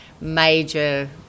Major